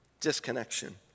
Disconnection